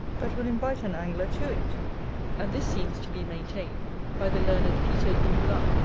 but will invite an angler to it and this seems to be maintained by the learned peter du moulin,